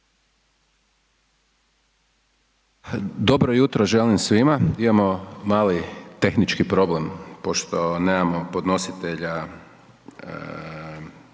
Dobro jutro želim svima. Imamo mali tehnički problem, pošto nemamo podnositelja